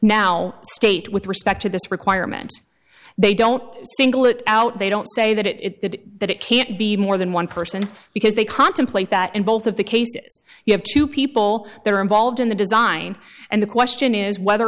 now state with respect to this requirement they don't single it out they don't say that it did that it can't be more than one person because they contemplate that in both of the cases you have two people there are involved in the design and the question is whether or